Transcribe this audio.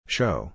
Show